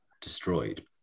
destroyed